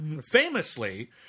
famously